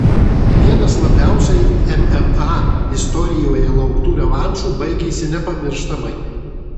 vienas labiausiai mma istorijoje lauktų revanšų baigėsi nepamirštamai